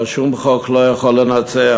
שום חוק לא יכול לנצח,